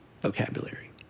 vocabulary